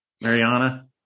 Mariana